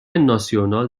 ناسیونال